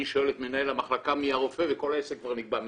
שואל את מנהל המחלקה מי הרופא וכל העסק כבר נקבע מראש.